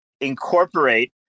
incorporate